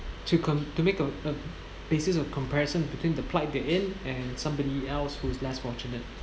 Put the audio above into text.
to come to make a uh basis of comparison between the plight they're in and somebody else who's less fortunate